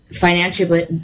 financially